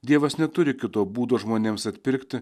dievas neturi kito būdo žmonėms atpirkti